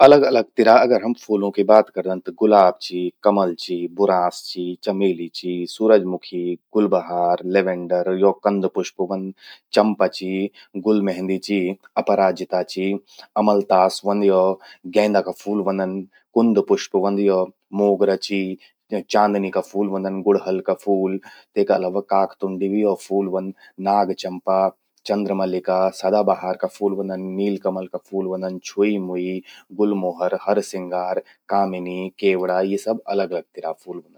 अलग अलग तिरा अगर हम फूलों की बात करदन, त गुलाब चि, कमल चि, बुरांश चि, चमेली चि, सूरजमुखी, गुलबहार, लेवेंडर, यो कंद पुष्प व्हंद। चंपा चि, गुलमेहंदी चि, अपराजिता चि, अमलतास व्हंद यो, गेंदा का फूल व्हंदन। कुंद पुष्प व्हंद यो, मोगरा चि, चांदनी का फूल व्हंदन, गुड़हल का फूल, तेका अलावा काकतुंदी भी यो फूल व्हंद। नागचंपा, चंद्रमल्लिका, सदाबहार का फूल व्हंदन, नीलकमल का फूल व्हंदन, छुई मुईस गुलमोहर, हर सिंगार, कामिनी, केवड़ा। यी सब अलग अलग तिरा फूल व्हंदन।